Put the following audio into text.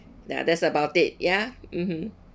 ya that's about it ya mmhmm